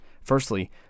Firstly